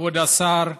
כבוד השר,